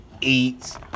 Eats